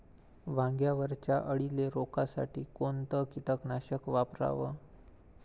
वांग्यावरच्या अळीले रोकासाठी कोनतं कीटकनाशक वापराव?